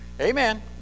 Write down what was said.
Amen